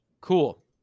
Cool